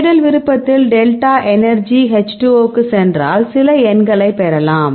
தேடல் விருப்பத்தில் delta energy H 2 O க்கு சென்றால் சில எண்களை பெறலாம்